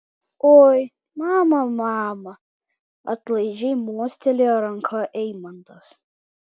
oi mama mama atlaidžiai mostelėjo ranka eimantas